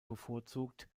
bevorzugt